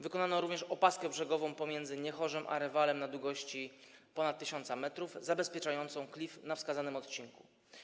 Wykonano również opaskę brzegową pomiędzy Niechorzem a Rewalem na długości ponad 1000 m zabezpieczającą klif na wskazanym odcinku.